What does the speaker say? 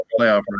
playoff